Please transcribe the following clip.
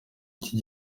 ikindi